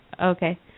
Okay